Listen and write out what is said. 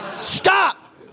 stop